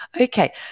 Okay